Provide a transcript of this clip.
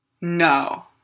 No